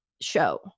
show